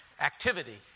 activity